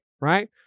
right